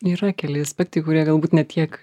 yra keli aspektai kurie galbūt ne tiek